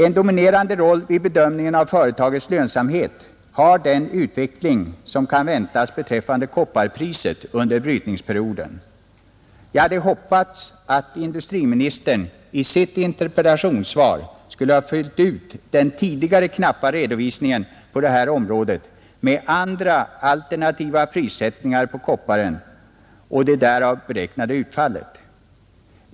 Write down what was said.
En dominerande roll vid bedömningen av företagets lönsamhet har den utveckling som kan väntas beträffande kopparpriset under brytningsperioden, Jag hade hoppats, att industriministern i sitt interpellationssvar skulle ha fyllt ut den tidigare knapphändiga redovisningen på detta område med andra alternativa prissättningar på kopparn och det därav beräknade utfallet.